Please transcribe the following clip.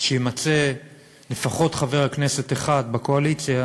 שיימצא לפחות חבר כנסת אחד בקואליציה